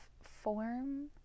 form